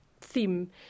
theme